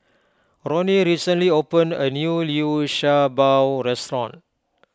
Roni recently opened a new Liu Sha Bao restaurant